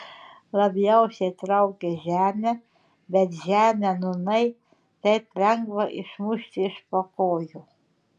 labiausiai traukė žemė bet žemę nūnai taip lengva išmušti iš po kojų